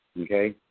okay